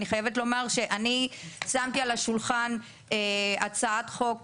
אני חייבת לומר שאני שמתי על השולחן הצעת חוק